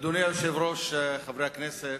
אדוני היושב-ראש, חברי הכנסת,